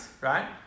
right